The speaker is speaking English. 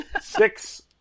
six